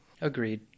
Agreed